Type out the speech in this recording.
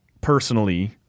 personally